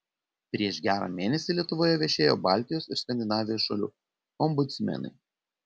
prieš gerą mėnesį lietuvoje viešėjo baltijos ir skandinavijos šalių ombudsmenai